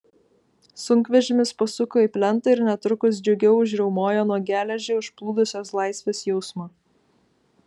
sunkvežimis pasuko į plentą ir netrukus džiugiau užriaumojo nuo geležį užplūdusios laisvės jausmo